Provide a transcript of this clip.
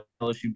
LSU